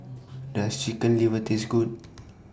Does Chicken Liver Taste Good